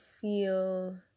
feel